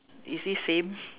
is it same